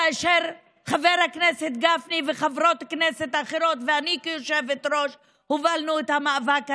כאשר חבר הכנסת גפני וחברות כנסת ואני כיושבת-ראש הובלנו את המאבק הזה,